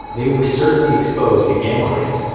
they were certainly exposed to gamma rays.